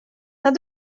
naar